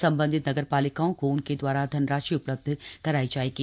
सम्बन्धित नगर पालिकाओं को उनके दवारा धनराशि उपलब्ध करायी जायेगी